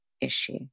issue